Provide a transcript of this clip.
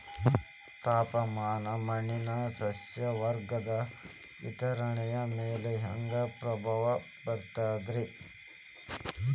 ತಾಪಮಾನ ಮಣ್ಣಿನ ಸಸ್ಯವರ್ಗದ ವಿತರಣೆಯ ಮ್ಯಾಲ ಹ್ಯಾಂಗ ಪ್ರಭಾವ ಬೇರ್ತದ್ರಿ?